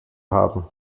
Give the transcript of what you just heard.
haben